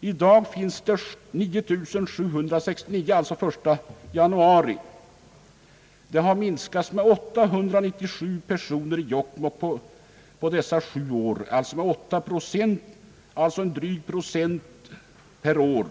Den 1 januari i år fanns där 9769 personer. Folkmängden har alltså minskat med 1 897 personer i Jokkmokk under dessa sju år, alltså med 18 procent eller med ett par procent per år.